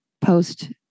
post